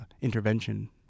intervention